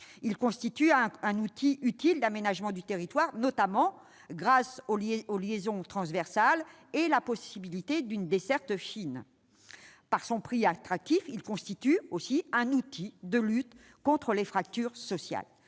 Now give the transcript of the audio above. Il constitue un outil utile d'aménagement du territoire, notamment grâce aux liaisons transversales et à la possibilité d'une desserte fine. Par son prix attractif, il permet de lutter contre les fractures sociales.